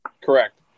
Correct